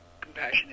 compassionate